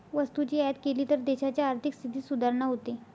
वस्तूची आयात केली तर देशाच्या आर्थिक स्थितीत सुधारणा होते